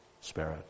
spirit